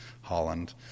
Holland